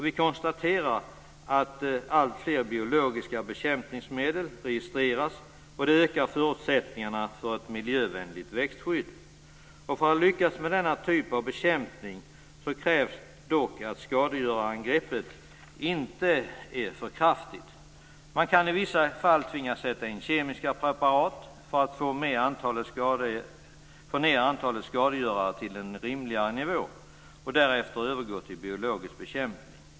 Vi konstaterar att alltfler biologiska bekämpningsmedel registreras. Det ökar förutsättningarna för ett miljövänligt växtskydd. För att lyckas med denna typ av bekämpning krävs dock att skadegörarangreppet inte är för kraftigt. Man kan i vissa fall tvingas sätta in kemiska preparat för att få ned antalet skadegörare till en rimligare nivå och därefter övergå till biologisk bekämpning.